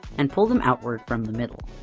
and pull them outward from the middle.